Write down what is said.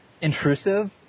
intrusive